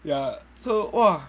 yeah so !wah!